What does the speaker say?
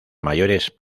mayores